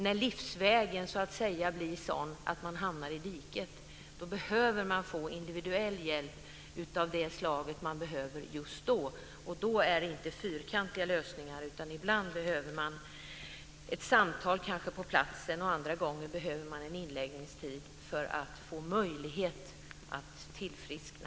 När livsvägen blir sådan att man hamnar i diket behöver man individuell hjälp, den hjälp man behöver just då. Då handlar det inte om fyrkantiga lösningar. Ibland behöver man ett samtal på platsen. Andra gånger behöver man en inläggningstid för att få möjlighet att tillfriskna.